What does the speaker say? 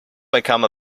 become